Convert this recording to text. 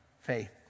faith